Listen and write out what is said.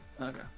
Okay